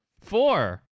four